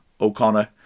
O'Connor